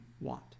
want